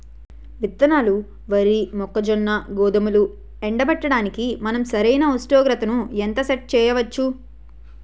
విత్తనాలు వరి, మొక్కజొన్న, గోధుమలు ఎండబెట్టడానికి మనం సరైన ఉష్ణోగ్రతను ఎంత సెట్ చేయవచ్చు?